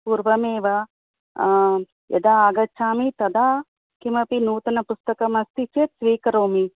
पूर्वमेव यदा आगच्छामि तदा किमपि नूतनपुस्तकम् अस्ति चेत् स्वीकरोमि